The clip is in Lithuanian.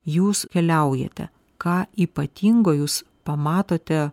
jūs keliaujate ką ypatingo jūs pamatote